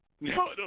No